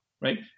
right